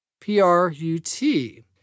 P-R-U-T